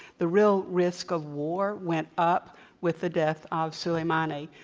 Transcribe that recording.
the real risk of war went up with the death of soleimani.